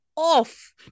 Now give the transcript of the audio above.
off